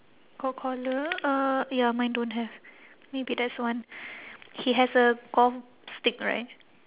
got collar uh ya mine don't have maybe that's one he has a golf stick right